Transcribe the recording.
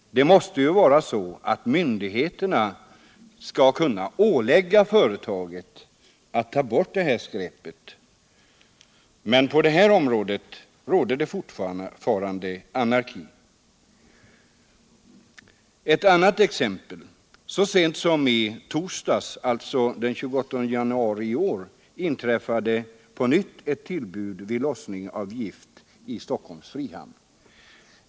Det måste vara så att myndigheterna skall kunna ålägga företaget att ta bort skräpet. Men på det här området råder det fortfarande anarki. Ett annat exempel: Så sent som i torsdags — alltså den 28 januari i år —- inträffade på nytt ett tillbud vid lossning av gift i Stockholms frihamn.